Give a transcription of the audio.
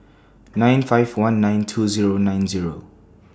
nine five one nine two Zero nine Zero